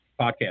podcast